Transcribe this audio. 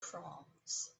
proms